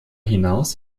hinaus